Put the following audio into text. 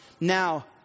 Now